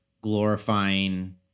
glorifying –